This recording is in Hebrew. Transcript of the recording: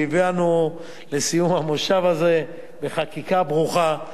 והגענו לסיום המושב הזה בחקיקה ברוכה,